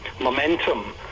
momentum